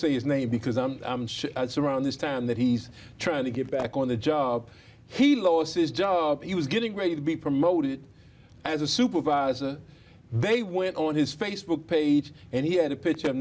say his name because i'm around this time that he's trying to get back on the job he lost his job he was getting ready to be promoted as a supervisor they went on his facebook page and he had a picture